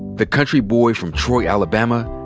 the country boy from troy, alabama,